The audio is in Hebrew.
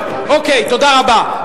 תודה רבה.